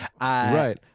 Right